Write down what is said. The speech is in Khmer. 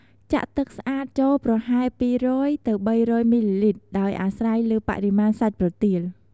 ចាក់ទឹកស្អាតចូលប្រហែល ២០០-៣០០ មីលីលីត្រ ដោយអាស្រ័យលើបរិមាណសាច់ប្រទាល។